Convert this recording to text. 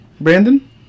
Brandon